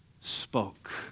spoke